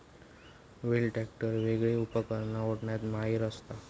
wheel tractor वेगली उपकरणा ओढण्यात माहिर असता